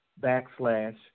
backslash